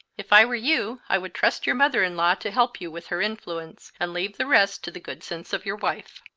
if i were you i would trust your mother-in-law to help you with her influence, and leave the rest to the good sense of your wife.